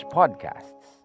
podcasts